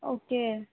okay